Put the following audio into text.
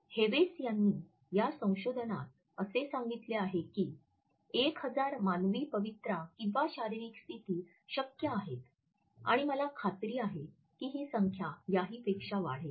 Hewes यांनी या संशोधनात असे सांगितले आहे की एक हजार मानवी पवित्रा किंवा शारीरिक स्थिती शक्य आहेत आणि मला खात्री आहे की ही संख्या याहीपेक्षा वाढेल